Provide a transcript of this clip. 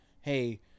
hey